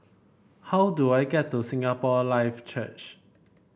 how do I get to Singapore Life Church